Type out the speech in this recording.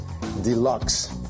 deluxe